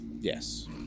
Yes